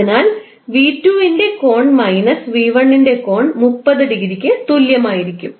അതിനാൽ 𝑣2 ന്റെ കോൺ മൈനസ് 𝑣1 ന്റെ കോൺ 30 ഡിഗ്രിക്ക് തുല്യമായിരിക്കും